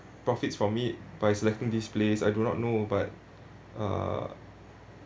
profits from me by selecting this place I do not know but uh